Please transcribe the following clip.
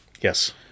Yes